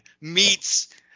meets